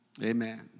Amen